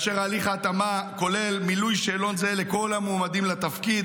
ותהליך ההתאמה כולל מילוי שאלון זה לכל המועמדים לתפקיד.